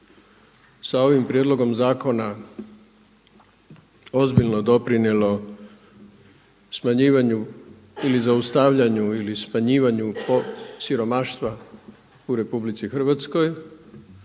sa ovim prijedlogom zakona ozbiljno doprinijelo smanjivanju ili zaustavljanju ili smanjivanju siromaštva u RH onda